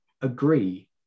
agree